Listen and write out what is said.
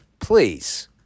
please